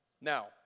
Now